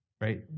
Right